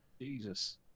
Jesus